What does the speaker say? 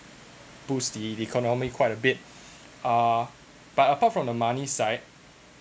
boost the the economy quite a bit uh but apart from the money side